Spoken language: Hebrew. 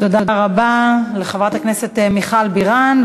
תודה רבה לחברת הכנסת מיכל בירן.